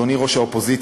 אדוני ראש האופוזיציה,